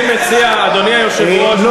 אני מציע, אדוני היושב-ראש,